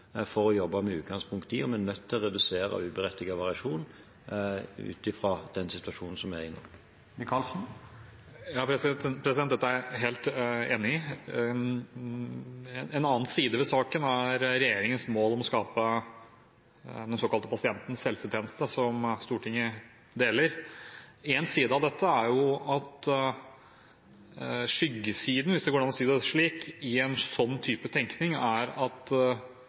for å jobbe med. Vi er nødt til å redusere uberettiget variasjon ut fra den situasjonen vi er i nå. Dette er jeg helt enig i. En annen side ved saken er regjeringens mål om å skape den såkalte pasientens helsetjeneste, som Stortinget er enig i. Skyggesiden, hvis det går an å si det slik, i en slik type tenkning er at